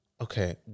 okay